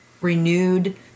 renewed